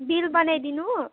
bill बनाइदिनु